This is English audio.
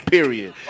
Period